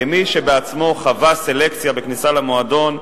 כמי שבעצמו חווה סלקציה בכניסה למועדון.